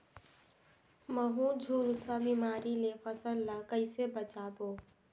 महू, झुलसा बिमारी ले फसल ल कइसे बचाबो?